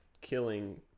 killing